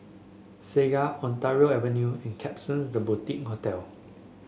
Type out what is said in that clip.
Segar Ontario Avenue and Klapsons The Boutique Hotel